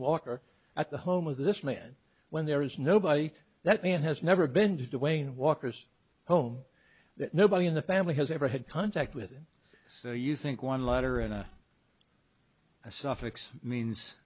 walker at the home of this man when there is nobody that man has never been to the wayne walker's home that nobody in the family has ever had contact with him so you think one letter and a suffix means